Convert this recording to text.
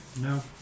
No